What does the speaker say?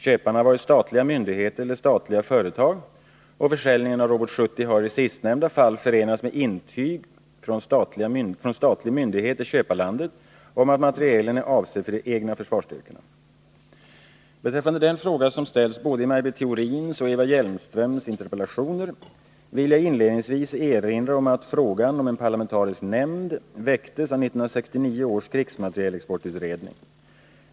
Köparna har varit statliga myndigheter eller statliga företag, och försäljningen av RBS 70 har i sistnämnda fall förenats med intyg från statlig myndighet i köparlandet om att materielen är avsedd för de egna försvarsstyrkorna. Som svar på den fråga som ställs både i Maj Britt Theorins och Eva Hjelmströms interpellation vill jag inledningsvis erinra om att frågan om en parlamentarisk nämnd väcktes av 1969 års krigsmaterielexportutredning.